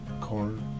corn